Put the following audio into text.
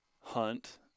hunt